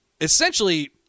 essentially